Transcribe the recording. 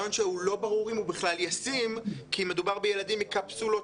לא ברור אם הרעיון בכלל ישים כי מדובר בתלמידים מקפסולות